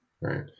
Right